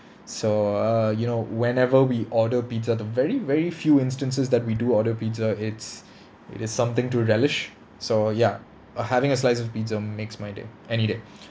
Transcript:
so err you know whenever we order pizza the very very few instances that we do order pizza it's it is something to relish so ya uh having a slice of pizza makes my day any day